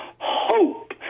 hope